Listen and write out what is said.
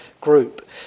group